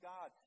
God